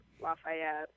Lafayette